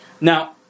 Now